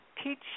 Teach